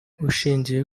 ushingiye